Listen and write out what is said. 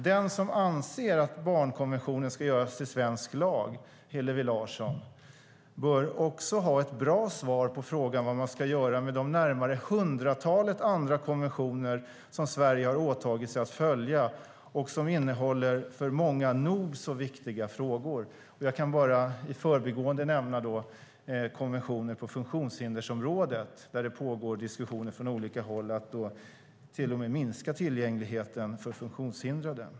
Den som anser att barnkonventionen ska göras till svensk lag, Hillevi Larsson, bör också ha ett bra svar på frågan om vad man ska göra med det hundratal andra konventioner som Sverige har åtagit sig att följa och som innehåller för många nog så viktiga frågor. Jag kan bara i förbigående nämna konventioner på funktionshindersområdet, där det pågår diskussioner från olika håll till och med om att minska tillgängligheten för funktionshindrade.